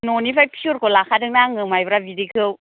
न'निफ्राय पियरखौ लाखादोंना आङो माइब्रा बिदैखौ